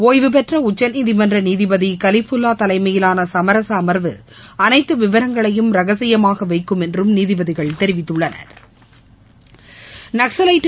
ஒய்வுபெற்றஉச்சநீதிமன்றநிதிபதிகலிபுல்லாதலைமையிலானசமரசஅமா்வு அனைத்துவிவரங்களையும் ரகசியமாகவைக்கும் என்றும் நீதிபதிகள் தெரிவித்துள்ளனா்